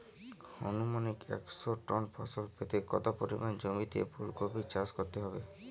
আনুমানিক একশো টন ফলন পেতে কত পরিমাণ জমিতে ফুলকপির চাষ করতে হবে?